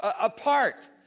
apart